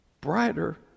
brighter